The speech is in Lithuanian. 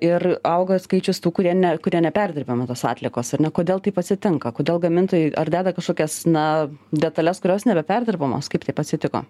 ir auga skaičius tų kurie ne kurie neperdirbami tos atliekos ar ne kodėl taip atsitinka kodėl gamintojai ar deda kažkokias na detales kurios nėra perdirbamos kaip taip atsitiko